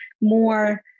more